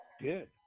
Good